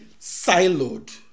siloed